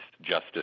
justice